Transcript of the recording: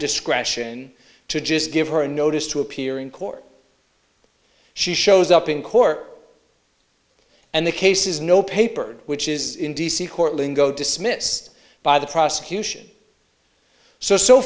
discretion to just give her a notice to appear in court she shows up in court and the case is no paper which is in d c court lingo dismissed by the prosecution so so